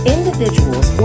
Individuals